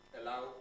allow